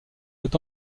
peut